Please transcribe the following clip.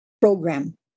Program